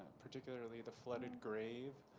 particularly the flooded grave.